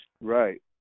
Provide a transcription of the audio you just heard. Right